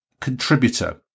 contributor